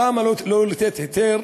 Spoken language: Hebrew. למה לא לתת היתר